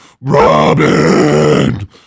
Robin